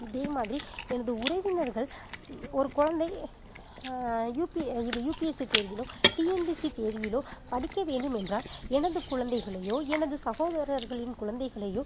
இதே மாதிரி எனது உறவினர்கள் ஒரு குழந்தை யுபி இது யுபிஎஸ்சி தேர்விலோ டிஎன்பிசி தேர்விலோ படிக்க வேண்டும் என்ற எனது குழந்தைகளையோ எனது சகோதரர்களின் குழந்தைகளையோ